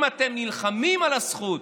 אם אתם נלחמים על הזכות,